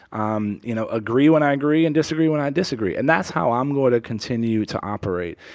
um you know, agree when i agree and disagree when i disagree. and that's how i'm going to continue to operate.